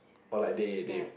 oh like they they